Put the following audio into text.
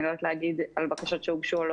אני לא יודעת להגיד על בקשות שהוגשו או לא